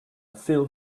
feel